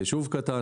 על ישוב קטן,